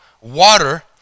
water